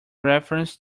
reference